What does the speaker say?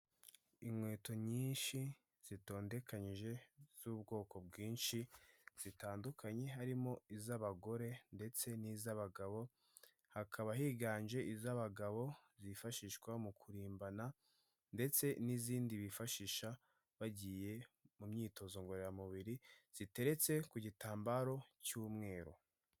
Inkweto nyinshi zitondekanyije z'ubwoko bwinshi, zitandukanye harimo iz'abagore ndetse n'iz'abagabo hakaba higanje iz'abagabo zifashishwa mu kurimbana, ndetse n'izindi bifashisha bagiye mu myitozo ngororamubiri ziteretse ku gitambaro cy'umweru.